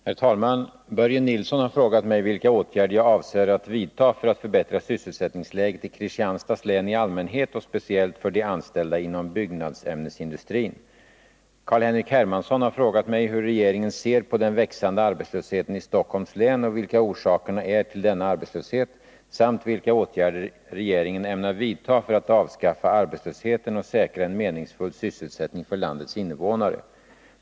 Herr talman! Börje Nilsson har frågat mig vilka åtgärder jag avser att vidta för att förbättra sysselsättningsläget i Kristianstads län i allmänhet och speciellt för de anställda inom byggnadsämnesindustrin. Carl-Henrik Hermansson har frågat mig hur regeringen ser på den växande arbetslösheten i Stockholms län och vilka orsakerna är till denna arbetslöshet samt vilka åtgärder regeringen ämnar vidta för att avskaffa arbetslösheten och säkra en meningsfull sysselsättning för landets invånare.